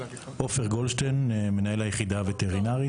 אני מנהל היחדה הווטרינרית.